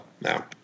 now